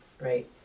right